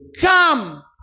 Come